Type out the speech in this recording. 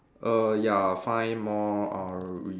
err ya find more uh re~